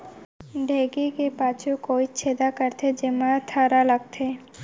ढेंकी के पाछू कोइत छेदा करथे, जेमा थरा लगथे